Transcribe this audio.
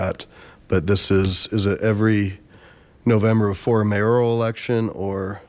at but this is is every november of four mayoral election or